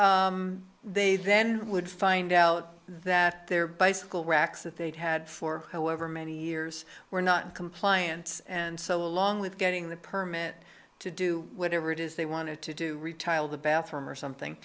and they then would find out that their bicycle racks that they'd had for however many years were not in compliance and so along with getting the permit to do whatever it is they wanted to do retile the bathroom or something